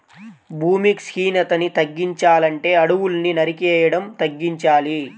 భూమి క్షీణతని తగ్గించాలంటే అడువుల్ని నరికేయడం తగ్గించాలి